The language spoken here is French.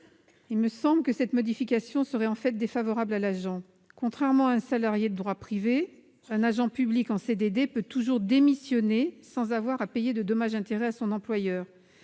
du travail. Or cette modification serait, à mon sens, défavorable à l'agent. En effet, contrairement à un salarié de droit privé, un agent public en CDD peut toujours démissionner sans avoir à payer de dommages et intérêts à son employeur.